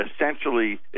essentially